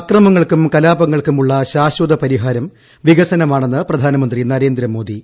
അക്രമങ്ങൾക്കും കലാപങ്ങൾക്കുമുള്ള ശാശ്വത പരിഹാരം വികസനമാണെന്ന് പ്രധാനമന്ത്രി നരേന്ദ്രമോദി